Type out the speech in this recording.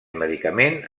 medicament